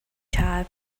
job